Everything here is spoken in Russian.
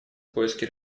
поиски